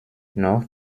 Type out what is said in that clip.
noch